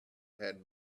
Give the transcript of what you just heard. had